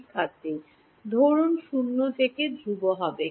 শিক্ষার্থী ধরুন 0 থেকে ই ধ্রুব হবে